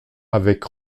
avec